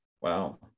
Wow